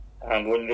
oh